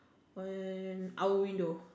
on our window